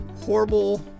Horrible